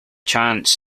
chance